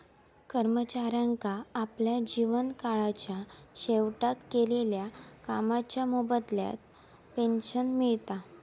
कर्मचाऱ्यांका आपल्या जीवन काळाच्या शेवटाक केलेल्या कामाच्या मोबदल्यात पेंशन मिळता